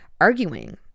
arguing